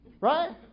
Right